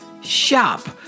shop